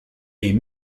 est